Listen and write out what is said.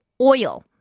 oil